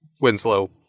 Winslow